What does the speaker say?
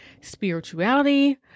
spirituality